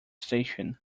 station